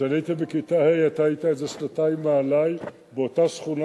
כשאני הייתי בכיתה ה' אתה היית איזה שנתיים מעלי באותה שכונה.